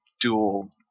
dual